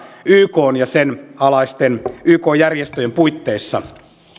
pääosin ykn ja sen alaisten yk järjestöjen puitteissa